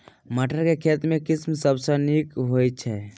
मटर केँ के किसिम सबसँ नीक होइ छै?